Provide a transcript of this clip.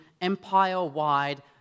empire-wide